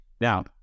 Now